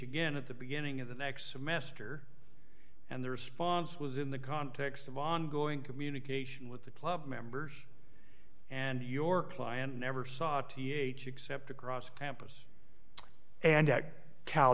again at the beginning of the next semester and the response was in the context of ongoing communication with the club members and your client never saw th except across campus and